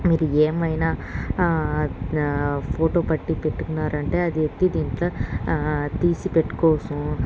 మీరు ఏమైనా the photo పట్టి పెట్టినారంటే అది ఎత్తి దీంట్లో తీసిపెట్టు కోవచ్చు